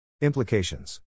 Implications